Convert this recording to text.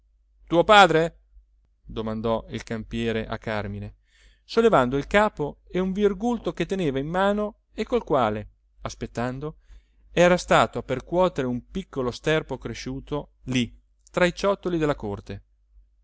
tuo padre domandò il campiere a càrmine sollevando il capo e un virgulto che teneva in mano e col quale aspettando era stato a percuotere un piccolo sterpo cresciuto lì tra i ciottoli della corte